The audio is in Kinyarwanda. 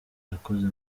yakoze